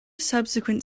subsequent